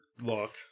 look